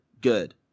good